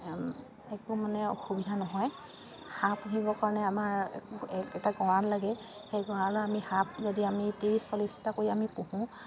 একো মানে অসুবিধা নহয় হাঁহ পুহিবৰ কাৰণে আমাৰ এটা গঁৰাল লাগে সেই গঁৰালত আমি হাঁহ যদি আমি ত্ৰিছ চল্লিছটা কৰি আমি পোহোঁ